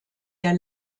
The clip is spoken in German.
der